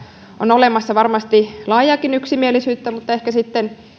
on olemassa varmasti laajaakin yksimielisyyttä mutta ehkä sitten